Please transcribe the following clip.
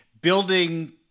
building